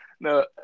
No